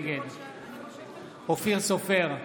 נגד אופיר סופר,